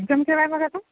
एक्जामचं काय मग आता